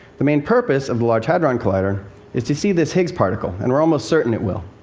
the main purpose of the large hadron collider is to see this higgs particle, and we're almost certain it will.